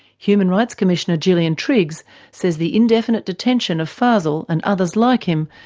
human rights commissioner gillian triggs says the indefinite detention of fazel, and others like him,